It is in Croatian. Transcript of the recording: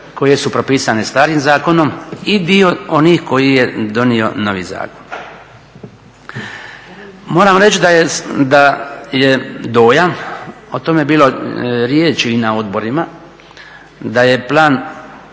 koje su propisane starim zakonom i dio onih koji je donio novi zakon. Moram reći da je dojam, o tome je bilo riječi i na odborima, da je plan